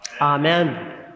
amen